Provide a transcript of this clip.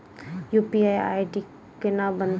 UPI ID केना बनतै?